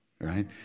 right